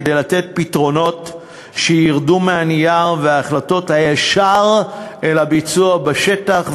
כדי לתת פתרונות שירדו מהנייר וההחלטות היישר אל הביצוע בשטח.